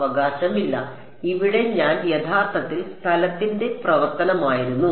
അവകാശമില്ല ഇവിടെ ഞാൻ യഥാർത്ഥത്തിൽ സ്ഥലത്തിന്റെ പ്രവർത്തനമായിരുന്നു